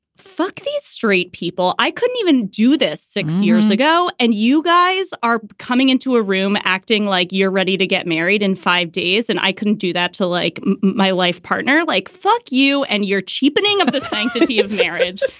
fuck these straight people i couldn't even do this six years ago. and you guys are coming into a room acting like you're ready to get married in five days. and i couldn't do that to like my life partner, like, fuck you. and you're cheapening of the sanctity of marriage.